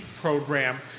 program